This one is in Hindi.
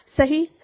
सही सही